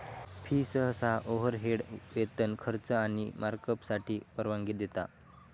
fee सहसा overhead, वेतन, खर्च आणि मार्कअपसाठी परवानगी देता